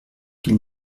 qu’il